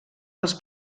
els